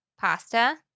pasta